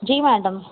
जी madam